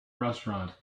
restaurant